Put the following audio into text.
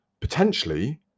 potentially